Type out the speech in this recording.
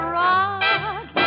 rock